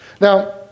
Now